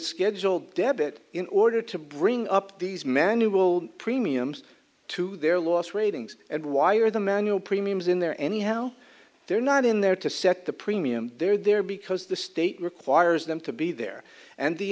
scheduled debit in order to bring up these men who will premiums to their loss ratings and why are the manual premiums in there anyhow they're not in there to set the premium they're there because the state requires them to be there and the